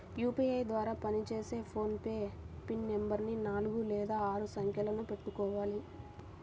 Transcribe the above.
UPI ద్వారా పనిచేసే PhonePe pin నెంబరుని నాలుగు లేదా ఆరు సంఖ్యలను పెట్టుకోవాలి